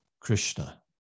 Krishna